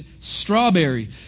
strawberry